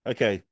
Okay